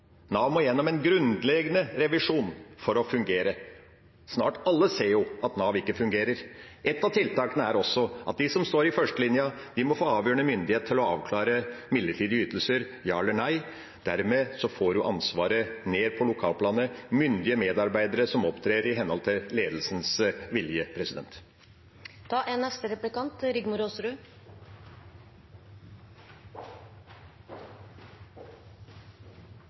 Nav må gjennom en grunnleggende revisjon for å fungere. Snart ser alle at Nav ikke fungerer. Et av tiltakene er at de som står i førstelinja, må få avgjørende myndighet til å avklare midlertidige ytelser, altså si ja eller nei. Dermed får en ansvaret ned på lokalplanet, og en får myndige medarbeidere som opptrer i henhold til ledelsens vilje.